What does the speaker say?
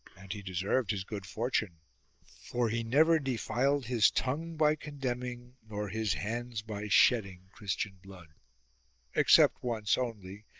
and he deserved his good fortune for he never defiled his tongue by condemning, nor his hands by shedding christian blood except once only,